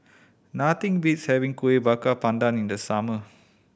nothing beats having Kueh Bakar Pandan in the summer